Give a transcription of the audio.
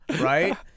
right